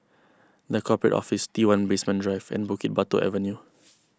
the Corporate Office T one Basement Drive and Bukit Batok Avenue